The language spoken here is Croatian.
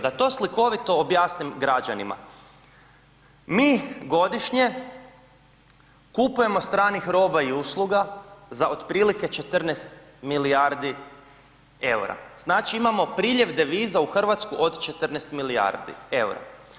Da to slikovito objasnim građanima, mi godišnje kupujemo stranih roba i usluga za otprilike 14 milijardi eura, znači imamo priljev deviza u Hrvatsku od 14 milijardi eura.